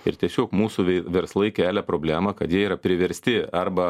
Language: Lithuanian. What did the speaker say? ir tiesiog mūsų ve verslai kelia problemą kad jie yra priversti arba